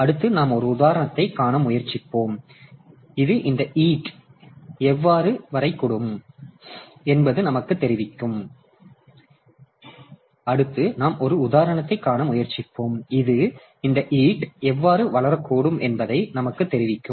அடுத்து நாம் ஒரு உதாரணத்தைக் காண முயற்சிப்போம் இது இந்த பயனுள்ள ஆக்சஸ் டைம் எவ்வாறு வளரக்கூடும் என்பதை நமக்குத் தெரிவிக்கும்